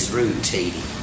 routine